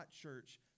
Church